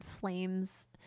flames